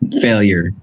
failure